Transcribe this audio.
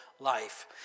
Life